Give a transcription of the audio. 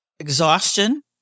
exhaustion